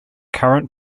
current